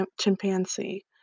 Chimpanzee